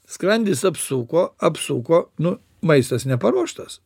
skrandis apsuko apsuko nu maistas neparuoštos